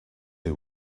who